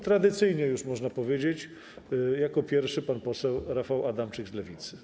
Tradycyjnie już, można powiedzieć, jako pierwszy pan poseł Rafał Adamczyk z Lewicy.